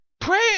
pray